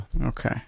okay